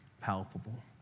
palpable